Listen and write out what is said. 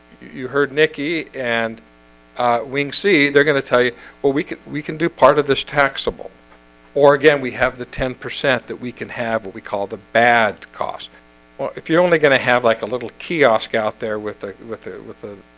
you heard nicky and wiing see they're gonna tell you well, we could we can do part of this taxable or again we have the ten percent that we can have what we call the bad cost well, if you're only going to have like a little kiosk out there with ah with it with a